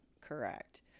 correct